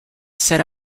set